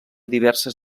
diverses